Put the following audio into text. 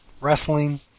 wrestling